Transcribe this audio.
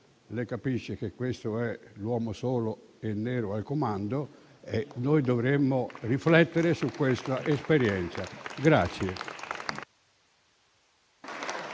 Lei capisce che questo è l'uomo solo e nero al comando e noi dovremmo riflettere su questa esperienza.